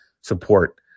support